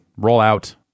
rollout